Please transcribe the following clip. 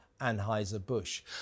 Anheuser-Busch